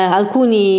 alcuni